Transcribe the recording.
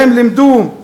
והם לימדו.